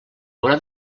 haurà